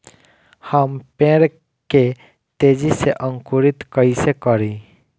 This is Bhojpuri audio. हम पेड़ के तेजी से अंकुरित कईसे करि?